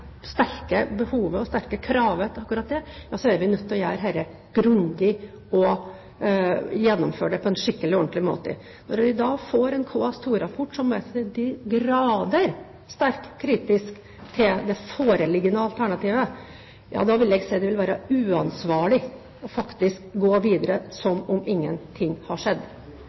sterke behovet og sterke kravet til akkurat det, er vi nødt til å gjøre dette grundig og gjennomføre det på en skikkelig og ordentlig måte. Når vi får en KS2-rapport som til de grader er sterkt kritisk til det foreliggende alternativet, vil jeg faktisk si at det vil være uansvarlig å gå videre som om ingen ting har skjedd.